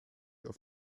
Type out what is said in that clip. auf